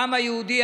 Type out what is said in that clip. העם היהודי,